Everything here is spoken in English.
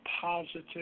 positive